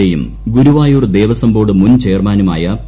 എയും ഗുരുവായൂർ ദേവസ്വംബോർഡ് മുൻ ചെയർമാനുമായ പി